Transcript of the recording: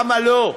למה לא.